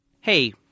Hey